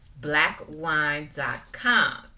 blackwine.com